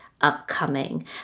upcoming